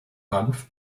banff